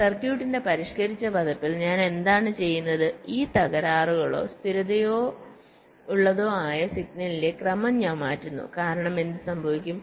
സർക്യൂട്ടിന്റെ പരിഷ്ക്കരിച്ച പതിപ്പിൽ ഞാൻ എന്താണ് ചെയ്യുന്നത് ഈ തകരാറുകളോ സ്ഥിരതയുള്ളതോ ആയ സിഗ്നലിന്റെ ക്രമം ഞാൻ മാറ്റുന്നു കാരണം എന്ത് സംഭവിക്കും